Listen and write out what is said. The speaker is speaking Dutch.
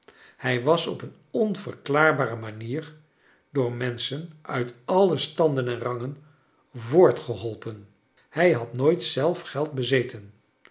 hij was op een onverklaarbare manier door menthchen uit alle standen en rangen voortgeholpen hij had nooit zelf geld bezcten